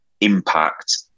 impact